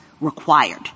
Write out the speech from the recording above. required